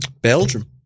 Belgium